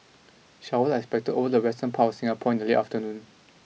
showers are expected over the western part of Singapore in the late afternoon